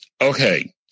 Okay